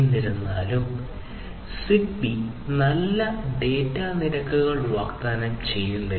എന്നിരുന്നാലും ZigBee നല്ല data നിരക്കുകൾ വാഗ്ദാനം ചെയ്യുന്നില്ല